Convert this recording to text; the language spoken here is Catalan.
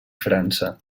frança